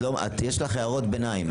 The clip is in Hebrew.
יש לך הערות ביניים.